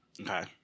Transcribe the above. Okay